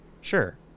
sure